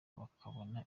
bakabona